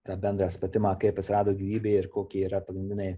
tą bendrą spratimą kaip atsirado gyvybė ir kokie yra pagrindiniai